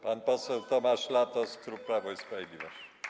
Pan poseł Tomasz Latos, klub Prawo i Sprawiedliwość.